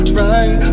right